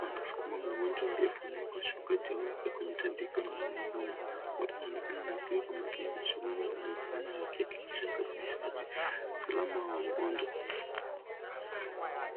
Wanasukuma mgonjwa aliyefunikwa shuka jeupe kwenye tandiko la gurudumu. Wote wanaonekana wakiwa makini shughuli wanayofanya wakihakikisha usafirishaji usalama wa mgonjwa.